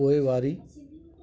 पोइवारी